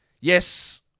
Yes